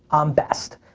i'm best.